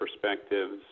perspectives